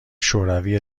شوری